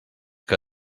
que